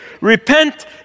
repent